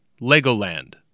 Legoland